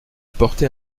portait